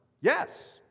Yes